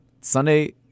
Sunday